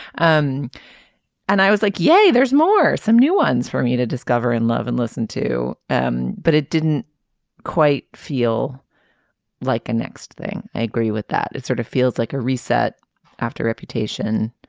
um and i was like yay there's more some new ones for me to discover and love and listen to um but it didn't quite feel like a next thing i agree with that. it sort of feels like a reset after reputation